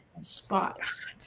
spots